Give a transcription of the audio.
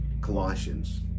Colossians